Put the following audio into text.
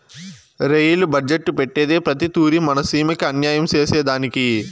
rail budget పెట్టేదే ప్రతి తూరి మన సీమకి అన్యాయం సేసెదానికి